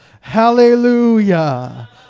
Hallelujah